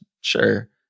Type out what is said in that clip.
sure